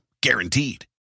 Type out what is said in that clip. Guaranteed